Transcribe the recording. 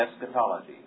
eschatology